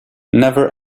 never